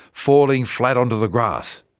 falling flat onto the grass.